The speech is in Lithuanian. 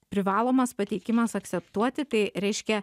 privalomas pateikimas akseptuoti tai reiškia